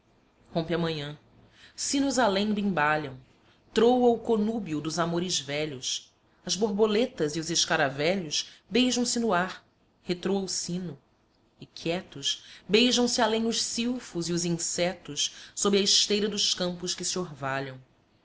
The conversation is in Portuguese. a manhã sinos além bimbalham troa o conúbio dos amores velhos as borboletas e os escaravelhos beijam se no ar retroa o sino e quietos beijam se além os silfos e os insetos sob a esteira dos campos que se orvalham